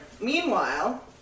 Meanwhile